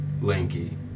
lanky